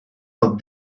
but